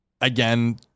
again